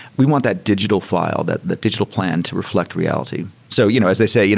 we want that digital file, that that digital plan to reflect reality. so you know as they say, yeah